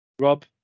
Rob